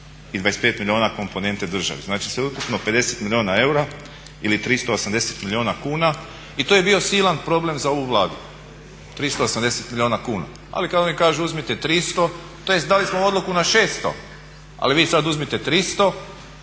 i 25 milijuna komponenti državi. Znači, sveukupno 50 milijuna eura ili 380 milijuna kuna. I to je bio silan problem za ovu Vladu, 380 milijuna kuna. Ali kad oni kažu uzmite 300 tj. dali smo odluku na 600 ali vi sad uzmite 300